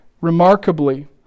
remarkably